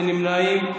אין נמנעים.